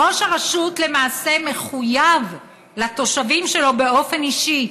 ראש הרשות, למעשה, מחויב לתושבים שלו באופן אישי.